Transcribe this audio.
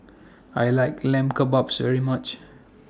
I like Lamb Kebabs very much